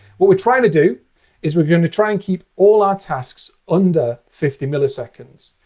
what we're trying to do is we're going to try and keep all our tasks under fifty milliseconds.